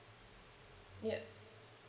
ya